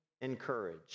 encourage